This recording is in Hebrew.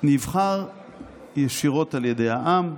נבחר ישירות על ידי העם".